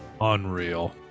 unreal